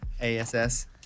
A-S-S